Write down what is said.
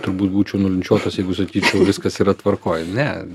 turbūt būčiau nulinčiuotas jeigu sakyčiau viskas yra tvarkoj ne